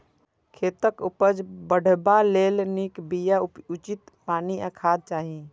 खेतक उपज बढ़ेबा लेल नीक बिया, उचित पानि आ खाद चाही